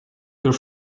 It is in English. their